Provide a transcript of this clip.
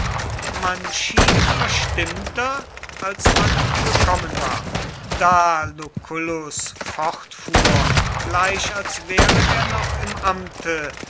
man schied verstimmter als man gekommen war da lucullus fortfuhr gleich als wäre er noch im amte